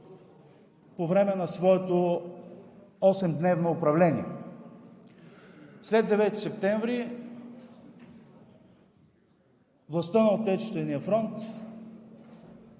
по време на своето осемдневно управление. След 9 септември властта на Отечествения фронт